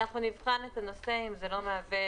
אנחנו נבחן את הנושא.